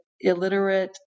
illiterate